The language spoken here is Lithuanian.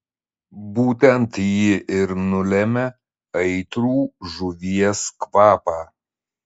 būtent ji ir nulemia aitrų žuvies kvapą